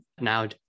now